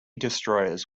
destroyers